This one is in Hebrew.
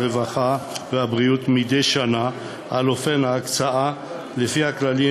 הרווחה והבריאות מדי שנה על אופן ההקצאה לפי הכללים